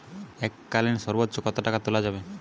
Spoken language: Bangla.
এককালীন সর্বোচ্চ কত টাকা তোলা যাবে?